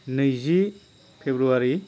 नैजि फेब्रुवारि